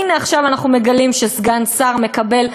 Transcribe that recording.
הנה, עכשיו אנחנו מגלים שסגן שר מקבל,